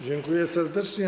Dziękuję serdecznie.